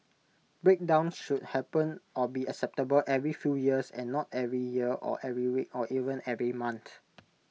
breakdowns should happen or be acceptable every few years and not every year or every week or even every month